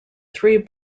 three